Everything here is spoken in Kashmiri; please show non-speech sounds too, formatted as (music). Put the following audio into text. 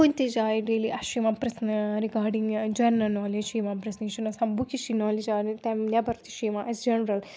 کُنۍ تہِ جایہِ ڈیلی اَسہِ چھُ یِوان پرٛژھنہٕ رِگاڈِنٛگ جَنرَل نالیج چھِ یِوان پرٛژھنہٕ یہِ چھُنہٕ آسان بُکِش یہِ نالیج آیہِ (unintelligible) تَمہِ نیٚبَر تہِ چھُ یِوان اَسہِ جَنرَل